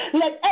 let